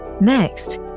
Next